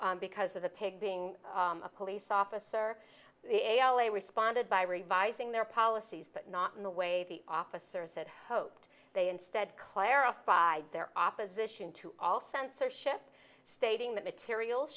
banned because of the pig being a police officer they responded by revising their policies but not in the way the officer said hoped they instead clarified their opposition to all censorship stating that material